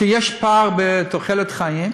שיש פער בתוחלת חיים,